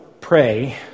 pray